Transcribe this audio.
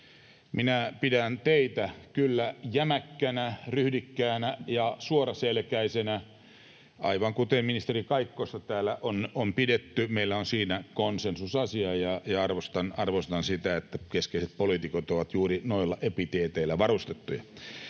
Minä pidän teitä kyllä jämäkkänä, ryhdikkäänä ja suoraselkäisenä, aivan kuten ministeri Kaikkosta täällä on pidetty; meillä on siinä konsensusasia, ja arvostan sitä, että keskeiset poliitikot ovat juuri noilla epiteeteillä varustettuja.